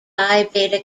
beta